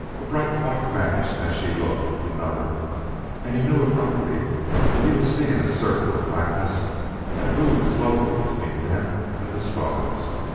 a bright point vanished as she looked another and he knew abruptly that he was seeing a circle of blackness that moved slowly between them and the stars.